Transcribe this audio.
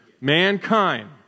Mankind